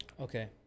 Okay